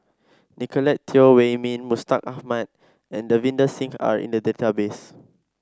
Nicolette Teo Wei Min Mustaq Ahmad and Davinder Singh are in the database